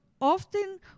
often